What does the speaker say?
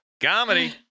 Comedy